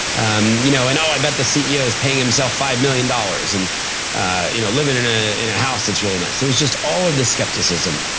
um you know and oh, i bet the ceo is paying himself five million dollars and ah you know living in ah in a house that's really nice. it was just all this skepticism.